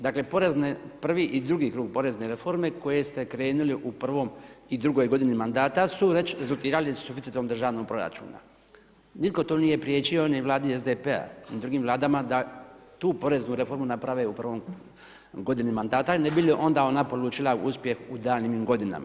Dakle prvi i drugi krug porezne reforme koje ste krenuli u prvom i drugoj godini mandata su već rezultirali suficitom državnog proračuna, nitko tu nije priječio ni vladi SDP-a, ni drugim vladama da tu poreznu reformu naprave u prvoj godini mandata ne bi li onda ona polučila uspjeh u daljnjim godinama.